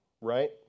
right